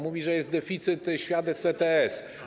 Mówi, że jest deficyt świadectw ETS.